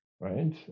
right